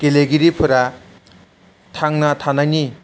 गेलेगिरिफोरा थांना थानायनि